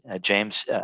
James